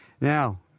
Now